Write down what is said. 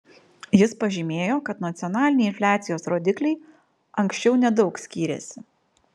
jis pažymėjo kad nacionaliniai infliacijos rodikliai anksčiau nedaug skyrėsi